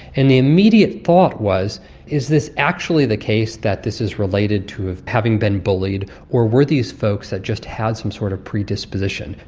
and the immediate thought was is this actually the case that this is related to having been bullied or were these folks that just had some sort of predisposition.